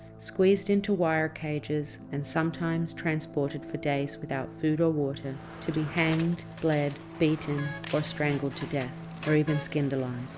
squeezed into wire cages and sometimes transported for days without food or water, to be hanged, bled, beaten or strangled to death or even skinned alive.